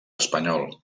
espanyol